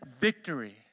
victory